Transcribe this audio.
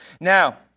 Now